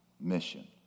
mission